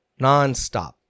nonstop